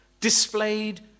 displayed